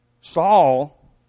Saul